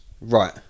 Right